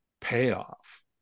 payoff